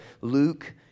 Luke